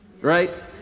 Right